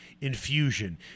infusion